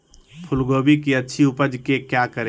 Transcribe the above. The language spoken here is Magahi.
फूलगोभी की अच्छी उपज के क्या करे?